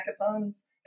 hackathons